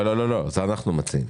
לא, את זה אנחנו מציעים.